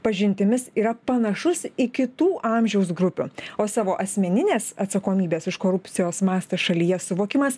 pažintimis yra panašus į kitų amžiaus grupių o savo asmeninės atsakomybės už korupcijos mastą šalyje suvokimas